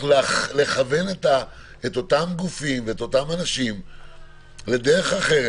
לכוון את אותם גופים ואנשים לדרך אחרת,